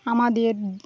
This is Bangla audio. আমাদের